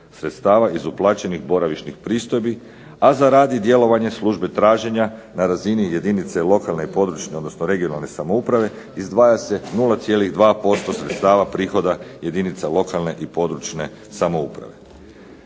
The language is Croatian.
sredstava iz uplaćenih pristojbi, a za rad i djelovanje Službe traženja na razini jedinice lokalne i područne (regionalne) samouprave izdvaja se 0,2% prihoda jedinica lokalne i područne (regionalne)